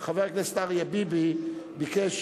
חבר הכנסת אריה ביבי ביקש